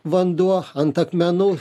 vanduo ant akmenų